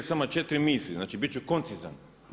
samo četiri misli, znači bit ću koncizan.